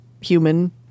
human